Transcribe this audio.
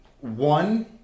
one